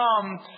come